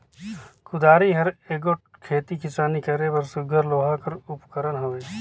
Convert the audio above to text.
कुदारी हर एगोट खेती किसानी करे बर सुग्घर लोहा कर उपकरन हवे